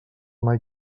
mai